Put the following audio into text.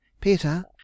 Peter